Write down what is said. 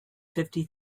fifty